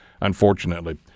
unfortunately